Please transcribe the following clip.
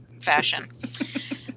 fashion